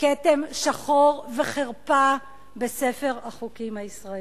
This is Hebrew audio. כתם שחור וחרפה בספר החוקים הישראלי.